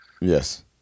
yes